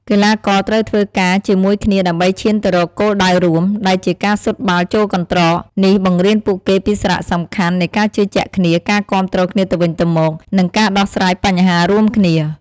កីឡាករត្រូវធ្វើការជាមួយគ្នាដើម្បីឈានទៅរកគោលដៅរួម ដែលជាការស៊ុតបាល់ចូលកន្ត្រក នេះបង្រៀនពួកគេពីសារៈសំខាន់នៃការជឿជាក់គ្នា ការគាំទ្រគ្នាទៅវិញទៅមក និងការដោះស្រាយបញ្ហារួមគ្នា។